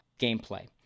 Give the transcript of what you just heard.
gameplay